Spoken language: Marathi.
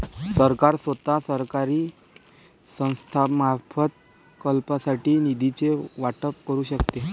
सरकार स्वतः, सरकारी संस्थांमार्फत, प्रकल्पांसाठी निधीचे वाटप करू शकते